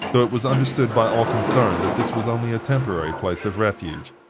though it was understood by all concerned that this was only a temporary place of refuge.